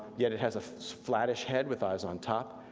yet it has a flattish head with eyes on top.